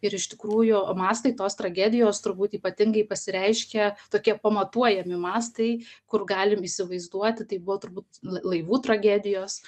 ir iš tikrųjų mastai tos tragedijos turbūt ypatingai pasireiškė tokie pamatuojami mąstai kur galim įsivaizduoti tai buvo turbūt laivų tragedijos